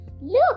Look